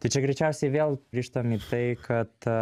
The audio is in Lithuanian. tai čia greičiausiai vėl grįžtam į tai kad